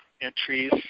entries